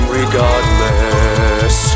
regardless